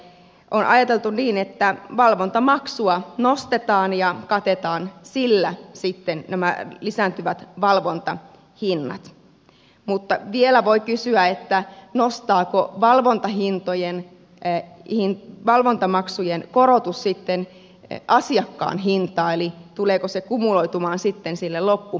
on ajateltu niin että valvontamaksua nostetaan ja katetaan sillä sitten nämä lisääntyvät valvontahinnat mutta vielä voi kysyä että noustaan valvonta hintojen e nostaako valvontamaksujen korotus sitten asiakkaan hintaa eli tuleeko se kumuloitumaan sitten sille loppukäyttäjälle